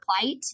plight